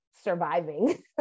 Surviving